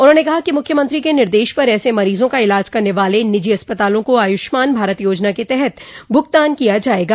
उन्होंने कहा कि मुख्यमंत्री के निर्देश पर ऐसे मरीजों का इलाज करने वाले निजी अस्पतालों को आयुष्मान भारत योजना के तहत भुगतान किया जायेगा